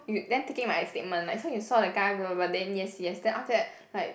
you then taking my statement like so you saw the guy blah blah blah then yes yes then after that like